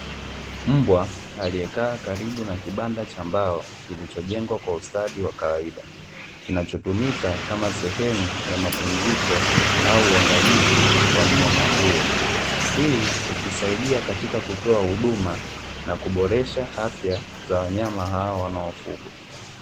Mbwa aliyekaa karibu na kibanda cha mbao, kilichojengwa kwa ustadi wa kawaida. Kinachotumika kama sehemu ya mapumziko au ungalizi wa mnyama huyo. Hii ikisaidia katika kutoa huduma, na kuboresha afya za wanyama hawa wanaofugwa.